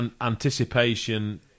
anticipation